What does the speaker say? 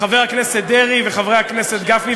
חבר הכנסת דרעי וחבר הכנסת גפני,